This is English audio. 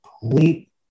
complete